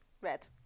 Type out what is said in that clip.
red